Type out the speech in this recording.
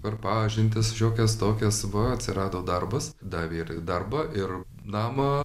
per pažintis šiokias tokias va atsirado darbas davė ir darbą ir namą